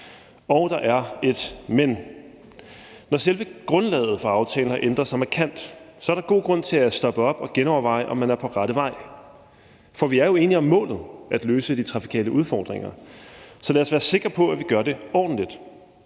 for der er et men, når selve grundlaget for aftalen har ændret sig markant, er der god grund til at stoppe op og genoverveje, om man er på rette vej, for vi er jo enige om målet: at løse de trafikale udfordringer. Så lad os være sikre på, at vi gør det ordentligt.